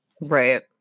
Right